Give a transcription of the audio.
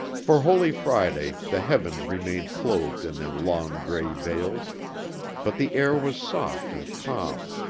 for holy friday the heavens remained clothed in their long gray veils but the air was soft and calm.